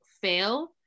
fail